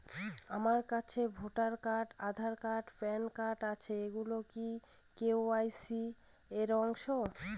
আমার কাছে voter card Aadhaar card PAN card আছে এগুলো কি কে.ওয়াই.সি র অংশ?